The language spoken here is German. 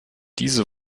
diese